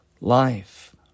life